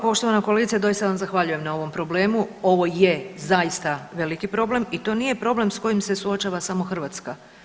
Poštovana kolegice doista vam zahvaljujem na ovom problemu, ovo je zaista veliki problem i to nije problem s kojim se suočava samo Hrvatska.